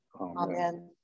Amen